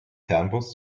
fernbus